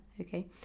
Okay